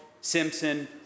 Simpson